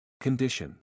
Condition